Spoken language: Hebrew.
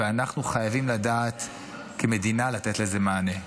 אנחנו חייבים לדעת, כמדינה, לתת לזה מענה.